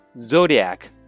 zodiac